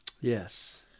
Yes